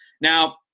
Now